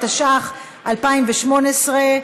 התשע"ח 2018,